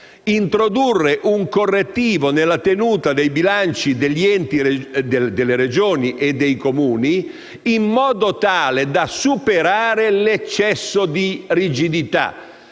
introdurre un correttivo nella tenuta dei bilanci degli enti, delle Regioni e dei Comuni, in modo tale da superare l'eccesso di rigidità